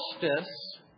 Justice